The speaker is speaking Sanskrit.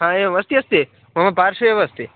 हा एवमस्ति अस्ति मम पार्श्वे एव अस्ति